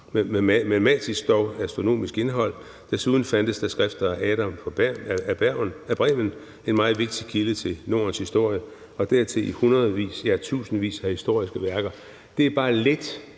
med matematisk og astronomisk indhold. Desuden fandtes der skrifter af Adam af Bremen, en meget vigtig kilde til Nordens historie, og dertil i hundredvis, ja, i tusindvis af historiske værker. Det er bare lidt